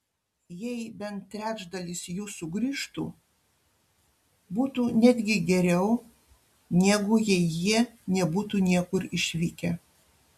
jei bent trečdalis jų sugrįžtų būtų netgi geriau negu jei jie nebūtų niekur išvykę